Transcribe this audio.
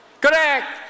Correct